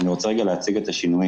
אני רוצה להציג את השינויים,